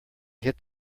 hit